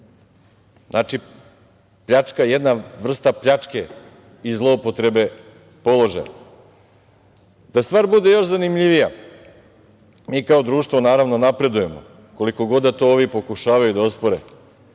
Znači, jedna vrsta pljačke i zloupotrebe položaja. Da stvar bude još zanimljivija, mi kao društvo, naravno, napredujemo, koliko god da to ovi pokušavaju da ospore,